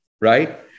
right